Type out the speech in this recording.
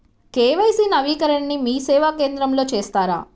KYC నవీకరణని మీసేవా కేంద్రం లో చేస్తారా?